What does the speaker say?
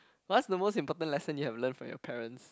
what's the most important lesson you have learn from your parents